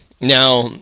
Now